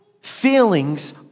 Feelings